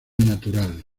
natural